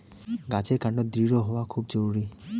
গাছের কান্ড দৃঢ় হওয়া খুব জরুরি